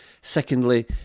Secondly